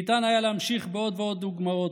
ניתן היה להמשיך בעוד ועוד דוגמאות,